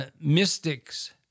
mystics